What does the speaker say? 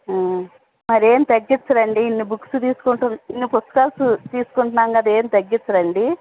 మరేం తగ్గించరా అండి ఇన్ని బుక్స్ తీసుకుంటున్నాం ఇన్ని పుస్తకాలు తీసుకుంటున్నాం కదా ఏం తగ్గించరా అండీ